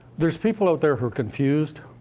there's people out there who are confused.